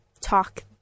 talk